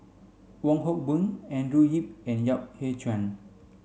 Wong Hock Boon Andrew Yip and Yap Ee Chian